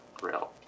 grill